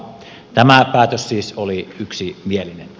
tämä päätös siis oli yksimielinen